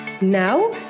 Now